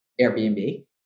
airbnb